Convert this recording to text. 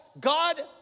God